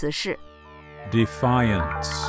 Defiance